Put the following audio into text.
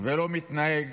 ולא מתנהג